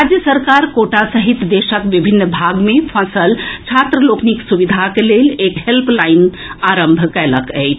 राज्य सरकार कोटा सहित देशक विभिन्न भाग मे फंसल छात्र लोकनिक सुविधाक लेल एक हेल्पलाईनक आरंभ कएलक अछि